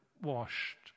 washed